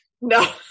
No